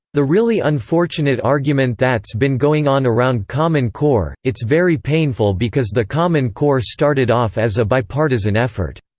the really unfortunate argument that's been going on around common core, it's very painful because the common core started off as a bipartisan effort.